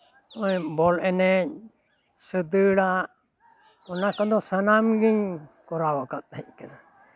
ᱵᱚᱞ ᱮᱱᱮᱡ ᱥᱮ ᱫᱟᱹᱲᱟᱜ ᱚᱱᱟ ᱠᱚᱫᱚ ᱥᱟᱱᱟᱢ ᱜᱤᱧ ᱠᱚᱨᱟᱣ ᱟᱠᱟᱫ ᱛᱟᱦᱮᱸᱜ ᱠᱟᱱᱟ